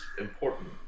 important